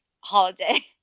holiday